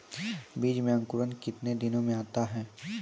बीज मे अंकुरण कितने दिनों मे आता हैं?